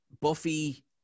Buffy